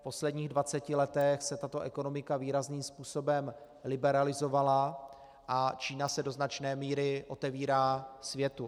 V posledních dvaceti letech se tato ekonomika výrazným způsobem liberalizovala a Čína se do značné míry otevírá světu.